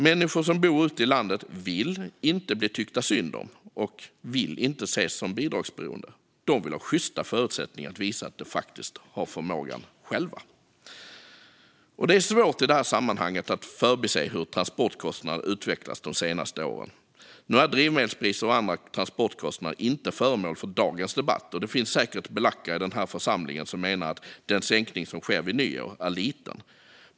Människor som bor ute i landet vill inte att man tycker synd om dem och ser dem som bidragsberoende. De vill ha sjysta förutsättningar att visa att de faktiskt har förmågan själva. Det är i sammanhanget svårt att förbise hur transportkostnaderna har utvecklats under de senaste åren. Nu är drivmedelspriser och andra transportkostnader inte föremål för dagens debatt, och det finns säkert belackare här i denna församling som menar att den sänkning som sker vid nyår är liten.